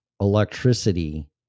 electricity